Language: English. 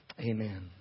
Amen